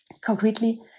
Concretely